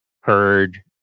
heard